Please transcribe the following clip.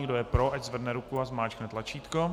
Kdo je pro, ať zvedne ruku a zmáčkne tlačítko.